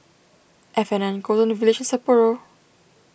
F and N Golden and Village Sapporo